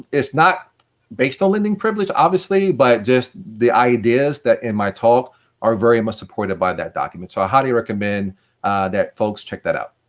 it's not based on lending privilege, obviously, but the ideas that in my talk are very much supported by that document. so i highly recommend that folks check that out.